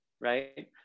right